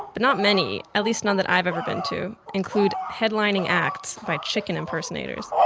but not many, at least none that i've ever been to, include headlining acts by chicken impersonators